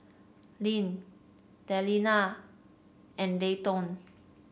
Lyn Delila and Layton